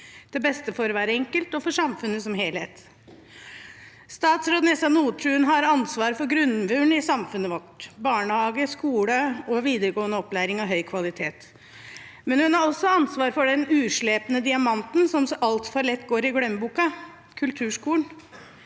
til beste for hver enkelt og for samfunnet som helhet. Statsråd Nessa Nordtun har ansvar for grunnmuren i samfunnet vårt, barnehage, skole og videregående opplæring av høy kvalitet. Men hun har også ansvar for den uslepne diamanten som så altfor lett går i glemmeboka – kulturskolen.